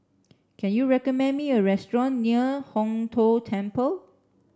can you recommend me a restaurant near Hong Tho Temple